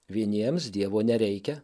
vieniems dievo nereikia